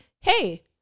Hey